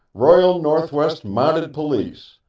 royal northwest mounted police.